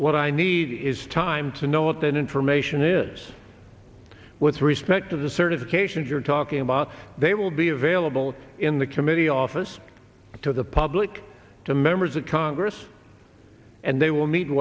what i need is time to know what that information is with respect to the certifications you're talking about they will be available in the committee office to the public to members of congress and they will meet